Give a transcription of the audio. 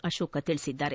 ಅಶೋಕ ತಿಳಿಸಿದ್ದಾರೆ